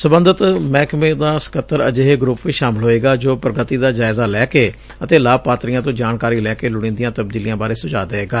ਸਬੰਧਤ ਮਹਿਕਮੇ ਦਾ ਸਕੱਤਰ ਅਜਿਹੇ ਗਰੱਪ ਚ ਸ਼ਾਮਲ ਹੋਏਗਾ ਜੋ ਪ੍ਰਗਤੀ ਦਾ ਜਾਇਜ਼ਾ ਲੈ ਕੇ ਅਤੇ ਲਾਭਪਾਤਰੀਆਂ ਤੋਂ ਜਾਣਕਾਰੀ ਲੈ ਕੇ ਲੁੜੀਂਦੀਆਂ ਤਬਦੀਲੀਆਂ ਬਾਰੇ ਸੁਝਾਅ ਦੇਵੇਗਾ